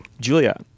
Julia